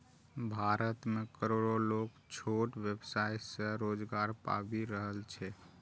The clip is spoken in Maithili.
भारत मे करोड़ो लोग छोट व्यवसाय सं रोजगार पाबि रहल छै